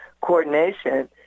coordination